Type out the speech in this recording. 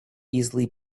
easily